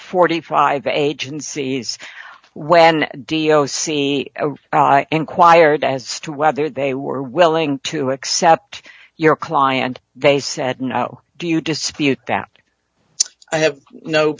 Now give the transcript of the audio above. forty five agencies when dio see inquired as to whether they were willing to accept your client they said no do you dispute that i have no